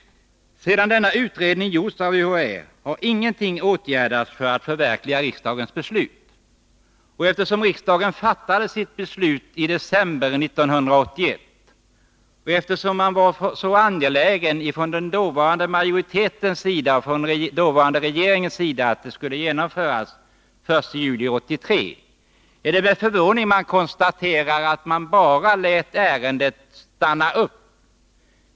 Sedan denna utredning gjordes av UHÄ, har inga åtgärder vidtagits för att förverkliga riksdagens beslut. Eftersom riksdagen fattade sitt beslut i december 1981 och eftersom den dåvarande majoriteten och den dåvarande regeringen var så angelägen om att beslutet skulle genomföras den 1 juli 1983, är det med förvåning jag konstaterar att man bara lät ärendet stanna upp.